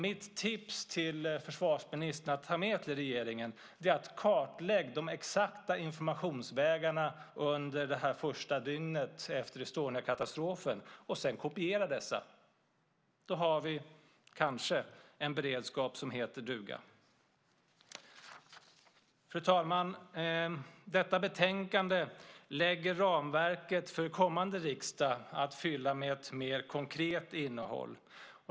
Mitt tips till försvarsministern att ta med till regeringen är att kartlägga de exakta informationsvägarna under det här första dygnet efter Estoniakatastrofen och sedan kopiera dessa. Då har vi - kanske - en beredskap som heter duga. Fru talman! Detta betänkande lägger ett ramverk för kommande riksdag att fylla med ett mer konkret innehåll.